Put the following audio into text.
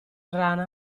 rana